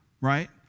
right